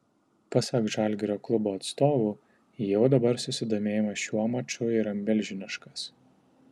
pasak žalgirio klubo atstovų jau dabar susidomėjimas šiuo maču yra milžiniškas